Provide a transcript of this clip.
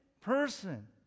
person